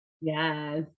Yes